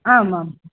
आम् आम्